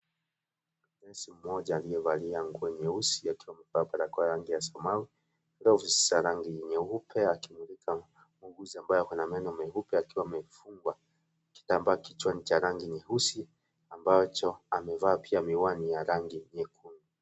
Nesi mmoja aliyevalia nguo nyeusi akiwa amevaa barakoa ya rangi ya samawi (cs) glov(cs) za rangi nyeupe akimulika muuguzi ambaye ako na meno meupe akiwa amefungwa kitambaa kichwani cha rangi nyeusi ambacho amevaa pia miwani ya rangi nyekundu.